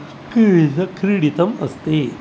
क्रीडित् क्रीडितम् अस्ति